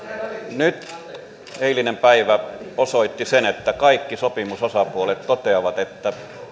nyt eilinen päivä osoitti sen että kaikki sopimusosapuolet toteavat että